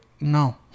no